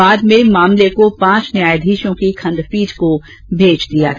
बाद में मामले को पांच न्यायाधीशों की खंडपीठ को भेज दिया गया